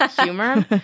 humor